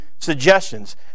suggestions